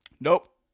Nope